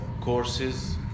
courses